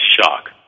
shock